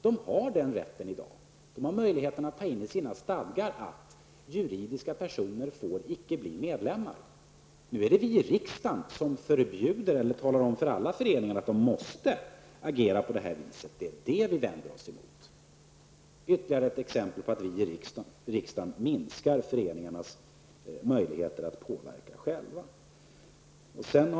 De har den rätten i dag. De har möjligheten att ta in i stadgarna att juridiska personer icke får bli medlemmar. Nu är det vi i riksdagen som talar om för alla föreningarna att de måstet agera på det sättet. Det är det vi moderater vänder oss emot. Det är ytterligare ett exempel på att vi i riksdagen minskar föreningarnas möjligheter att påverka själva.